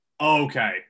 Okay